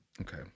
Okay